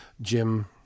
Jim